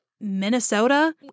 Minnesota